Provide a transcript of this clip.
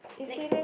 next